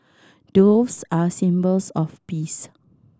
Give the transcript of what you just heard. doves are symbols of peace